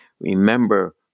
Remember